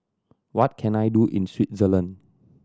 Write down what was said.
what can I do in Switzerland